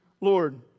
Lord